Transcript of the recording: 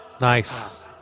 Nice